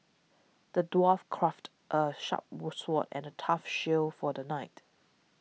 the dwarf crafted a sharp sword and a tough shield for the knight